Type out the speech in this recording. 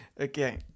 Okay